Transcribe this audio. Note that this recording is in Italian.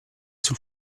sul